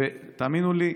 ותאמינו לי,